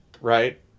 Right